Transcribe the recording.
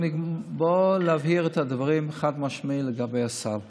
בוא נבהיר את הדברים לגבי הסל חד-משמעית.